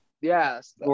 Yes